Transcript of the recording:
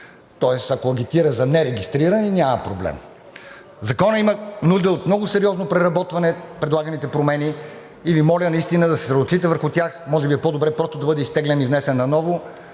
Тоест, ако агитира за нерегистрирани, няма проблем. Законът има нужда от много сериозно преработване в предлаганите промени. Моля наистина да се съсредоточите върху тях. Може би е по-добре просто да бъде изтеглен и внесен наново.